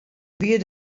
wie